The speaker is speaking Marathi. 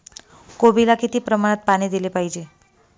कोबीला किती प्रमाणात पाणी दिले पाहिजे?